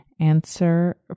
answer